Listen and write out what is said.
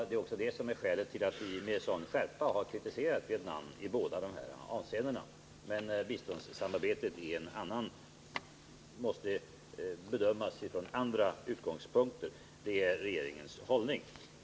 Det är också det som är skälet till att vi med en sådan skärpa har kritiserat Vietnam i båda dessa avseenden, men biståndssamarbetet måste bedömas utifrån andra utgångspunkter. Detta är regeringens hållning.